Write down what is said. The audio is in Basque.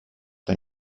eta